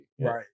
Right